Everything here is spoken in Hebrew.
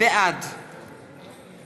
בעד